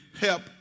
help